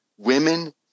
women